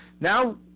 Now